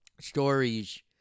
stories